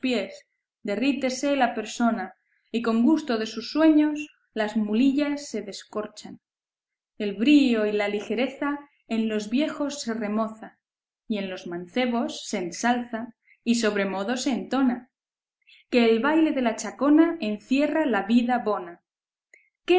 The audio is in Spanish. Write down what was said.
derrítese la persona y con gusto de sus dueños las mulillas se descorchan el brío y la ligereza en los viejos se remoza y en los mancebos se ensalza y sobremodo se entona que el baile de la chacona encierra la vida bona